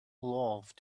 love